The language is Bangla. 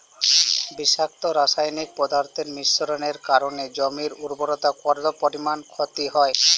বিষাক্ত রাসায়নিক পদার্থের মিশ্রণের কারণে জমির উর্বরতা কত পরিমাণ ক্ষতি হয়?